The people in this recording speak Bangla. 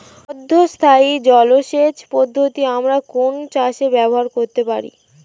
অর্ধ স্থায়ী জলসেচ পদ্ধতি আমরা কোন চাষে ব্যবহার করতে পারি?